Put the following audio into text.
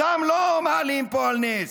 אותם לא מעלים פה על נס,